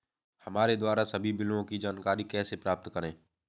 हमारे द्वारा सभी बिलों की जानकारी कैसे प्राप्त करें?